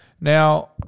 Now